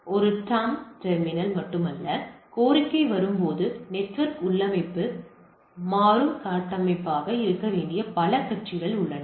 எனவே இது ஒரு டம் டெர்மினல் மட்டுமல்ல கோரிக்கை வரும்போது இந்த நெட்வொர்க் உள்ளமைவு மாறும் கட்டமைப்பாக இருக்க வேண்டிய பல காட்சிகள் உள்ளன